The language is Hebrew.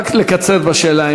רק לקצר בשאלה,